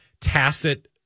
tacit